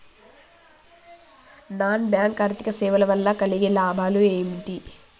Non bank ఆర్థిక సేవల వల్ల కలిగే లాభాలు ఏమిటి?